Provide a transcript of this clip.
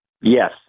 Yes